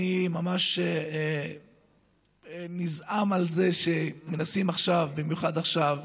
אני ממש נזעם על זה שמנסים עכשיו, במיוחד עכשיו,